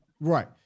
Right